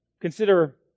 Consider